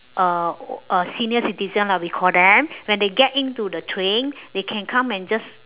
uh senior citizens lah we call them when they get in to the train they can come and just